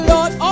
Lord